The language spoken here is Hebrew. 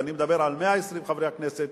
ואני מדבר על 120 חברי הכנסת,